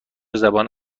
زبان